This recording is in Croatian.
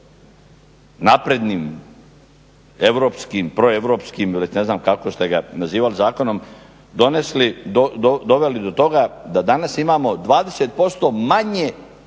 naprednim europskim, proeuropskim, nit ne znam kako ste ga nazivali, zakonom donesli, doveli do toga da danas imamo 20% manje